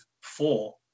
four